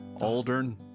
Aldern